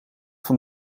van